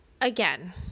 again